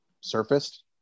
surfaced